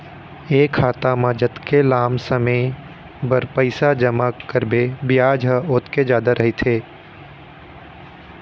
ए खाता म जतके लाम समे बर पइसा जमा करबे बियाज ह ओतके जादा रहिथे